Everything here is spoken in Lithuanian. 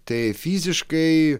tai fiziškai